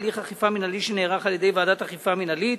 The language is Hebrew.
הליך אכיפה מינהלי שנערך על-ידי ועדת אכיפה מינהלית